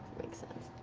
makes sense.